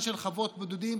כבודה של הכנסת יקר גם לליבך.